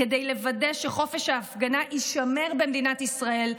כדי לוודא שחופש ההפגנה יישמר במדינת ישראל,